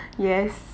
yes